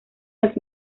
los